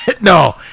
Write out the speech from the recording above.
No